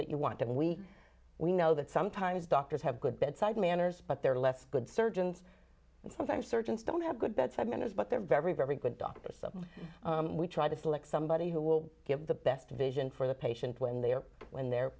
that you want and we we know that sometimes doctors have good bedside manners but they're less good surgeons and sometimes surgeons don't have good bedside manners but they're very very good doctors something we try to select somebody who will give the best vision for the patient when they're when they're